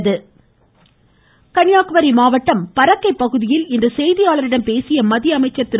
பொன் ராதாகிருஷ்ணன் கன்னியாகுமரி மாவட்டம் பறக்கை பகுதியில் இன்று செய்தியாளர்களிடம் பேசிய மத்திய அமைச்சர் திரு